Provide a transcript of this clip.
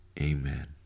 Amen